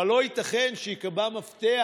אבל לא ייתכן שייקבע מפתח